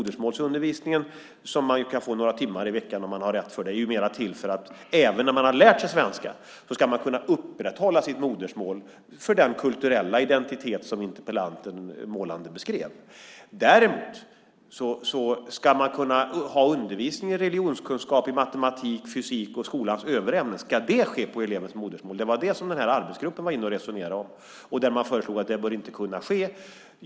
Modersmålsundervisningen, som man kan få några timmar i veckan, är mer till för att man även om man har lärt sig svenska ska kunna upprätthålla sitt modersmål för den kulturella identitet som interpellanten målande beskrev. Frågan som arbetsgruppen resonerade om gällde däremot om undervisning i religionskunskap, matematik, fysik och skolans övriga ämnen ska ske på elevens modersmål. Det var detta som arbetsgruppen resonerade om. Man föreslog att det inte bör kunna ske.